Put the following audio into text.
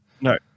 No